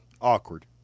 Awkward